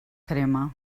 crema